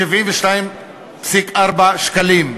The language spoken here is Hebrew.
72.4 שקלים.